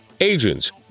agents